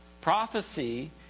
prophecy